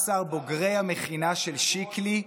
318 בוגרי המכינה של שיקלי,